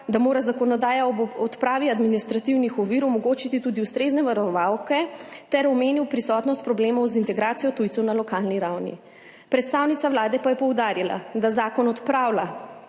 da mora zakonodaja ob odpravi administrativnih ovir omogočiti tudi ustrezne varovalke ter omenil prisotnost problemov z integracijo tujcev na lokalni ravni. Predstavnica Vlade pa je poudarila, da zakon odpravlja